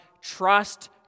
trust